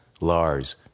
Lars